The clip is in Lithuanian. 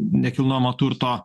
nekilnojamo turto